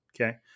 Okay